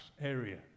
area